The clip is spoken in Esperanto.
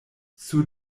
sur